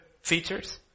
features